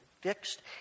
fixed